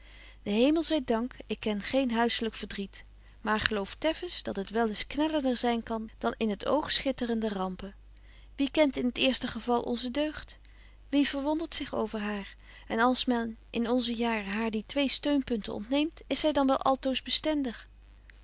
den hemel zy dank ik ken geen huisselyk verdriet maar geloof teffens dat het wel eens knellender zyn kan dan in t oog schitterende rampen wie kent in het eerste geval onze deugd wie verwondert zich over haar en als men in onze jaren haar die twee steunpunten ontneemt is zy dan wel altoos bestendig